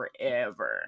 forever